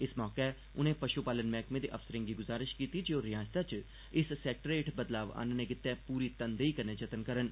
इस मौके उनें पष् पालन मैहकमें दे अफसरें गी गुजारिष कीती जे ओह् रिआसता च इस सैक्टर हेठ बदलाव आहनने गितै पूरी तनदेई कन्नै जतन करन